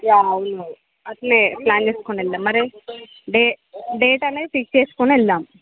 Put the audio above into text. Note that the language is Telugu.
యా అవును అలాగే ప్లాన్ చేసుకు ని వెళ్దాం మరి డే డేట్ అనేది ఫిక్స్ చేసుకుని వెళ్దాము